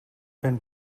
been